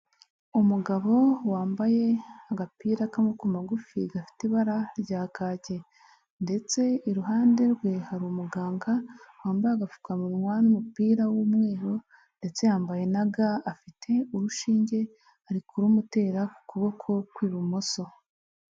Umugabo wambaye agapira k'amaboko magufi gafite ibara rya kacye ndetse iruhande rwe hari umuganga wambaye agapfukamunwa n'umupira w'umweru ndetse yambaye na ga, afite urushinge ari kurumutera ku kuboko kw'ibumoso.